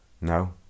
No